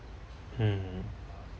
mm